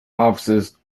offices